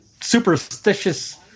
superstitious